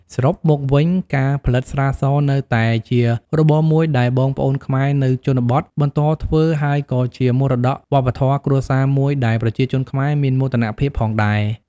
សរុបមកវិញ ការផលិតស្រាសនៅតែជារបរមួយដែលបងប្អូនខ្មែរនៅជនបទបន្តធ្វើ ហើយក៏ជាមរតក៌វប្បធម៌គ្រួសារមួយដែលប្រជាជនខ្មែរមានមោទនភាពផងដែរ។